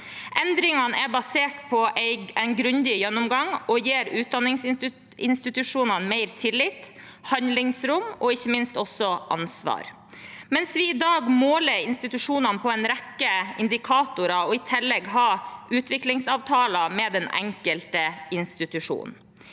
Endringene er basert på en grundig gjennomgang og gir utdanningsinstitusjonene mer tillit, handlingsrom og ikke minst også ansvar. Mens vi i dag måler institusjonene på en rekke indikatorer, vil vi ha utviklingsavtaler med den enkelte institusjon.